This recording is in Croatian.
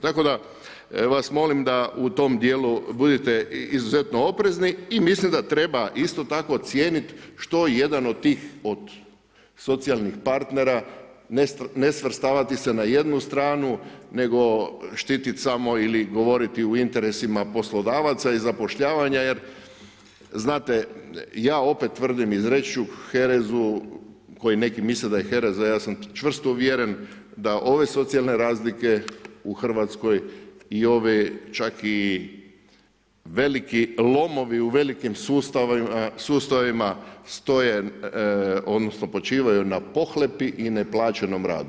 Tako da vas molim da u tom dijelu budete izuzetno oprezni i mislim da treba isto tako cijeniti što jedan od tih od socijalnih partnera, ne svrstavati se na jednu stranu, nego štititi samo ili govoriti o interesima poslodavaca i zapošljavanja jer znate, ja opet tvrdim, izreći ću herezu, koji neki misle da je hereza, ja sam čvrsto uvjeren da ove socijalne razlike u RH i ove čak i veliki lomovi u velikim sustavima stoje odnosno počivaju na pohlepi i neplaćenom radu.